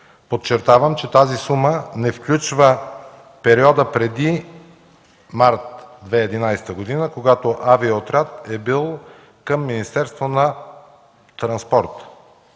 Подчертавам, че тази сума не включва периода преди март 2011 г., когато авиоотрядът е бил към Министерството на транспорта.